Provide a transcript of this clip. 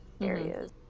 areas